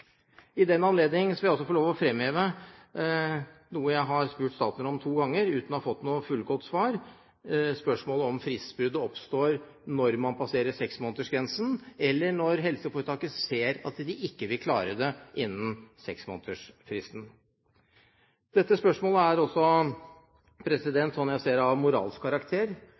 I den anledning vil jeg også få lov å fremheve at jeg har spurt statsråden to ganger – uten å ha fått noe fullgodt svar – om fristbruddet oppstår når man passerer seksmånedersgrensen, eller når helseforetaket ser at de ikke vil klare det innen seksmånedersfristen. Dette spørsmålet er, slik jeg ser det, også av moralsk karakter.